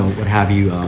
what have you.